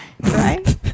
Right